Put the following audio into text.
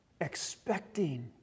expecting